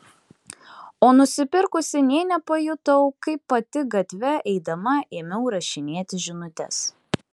o nusipirkusi nė nepajutau kaip pati gatve eidama ėmiau rašinėti žinutes